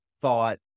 thought